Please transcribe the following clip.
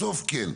בסוף כן.